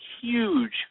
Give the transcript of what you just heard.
huge